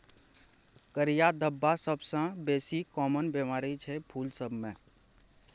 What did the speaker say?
करिया धब्बा सबसँ बेसी काँमन बेमारी छै फुल सब मे